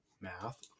Math